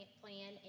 plan